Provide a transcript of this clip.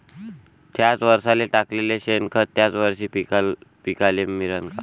थ्याच वरसाले टाकलेलं शेनखत थ्याच वरशी पिकाले मिळन का?